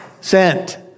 Sent